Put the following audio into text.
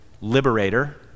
liberator